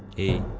eight